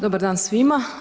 Dobar dan svima.